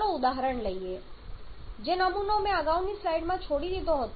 ચાલો ઉદાહરણ લઈએ જે નમૂનો મેં અગાઉની સ્લાઈડમાં છોડી દીધો હતો